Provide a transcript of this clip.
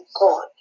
god